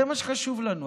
זה מה חשוב לנו,